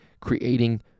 creating